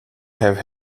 have